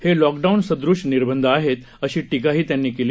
हे लॉकडाऊनसदृश निर्बंध आहेत अशी टीकाही त्यांनी केली